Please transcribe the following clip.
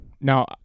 Now –